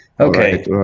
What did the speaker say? Okay